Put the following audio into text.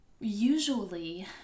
usually